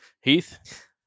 Heath